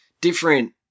different